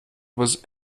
was